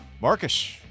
Marcus